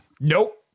Nope